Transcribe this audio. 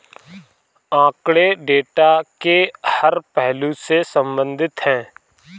आंकड़े डेटा के हर पहलू से संबंधित है